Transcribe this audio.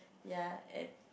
ya and